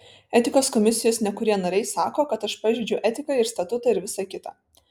etikos komisijos nekurie nariai sako kad aš pažeidžiau etiką ir statutą ir visa kita